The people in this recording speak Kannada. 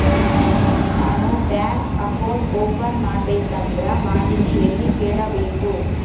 ನಾನು ಬ್ಯಾಂಕ್ ಅಕೌಂಟ್ ಓಪನ್ ಮಾಡಬೇಕಂದ್ರ ಮಾಹಿತಿ ಎಲ್ಲಿ ಕೇಳಬೇಕು?